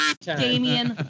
Damian